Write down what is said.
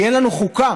כי אין לנו חוקה,